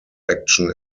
action